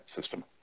system